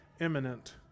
imminent